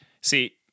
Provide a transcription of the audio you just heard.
See